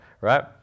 right